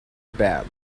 badly